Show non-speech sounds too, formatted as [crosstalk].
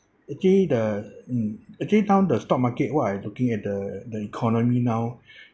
actually the mm actually now the stock market what I looking at the the economy now [breath]